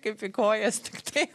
kaip į kojas tik tai